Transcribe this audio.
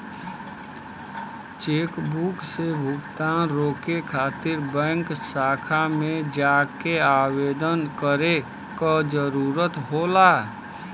chequebook से भुगतान रोके खातिर बैंक शाखा में जाके आवेदन करे क जरुरत होला